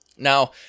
Now